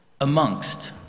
amongst